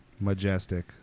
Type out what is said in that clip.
Majestic